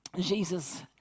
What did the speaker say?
Jesus